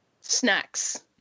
Snacks